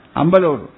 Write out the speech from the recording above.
ambalur